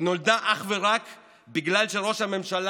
היא נולדה אך ורק בגלל שראש הממשלה